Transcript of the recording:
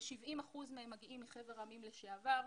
כ-70 אחוזים מהם מגיעים מחבר העמים לשעבר,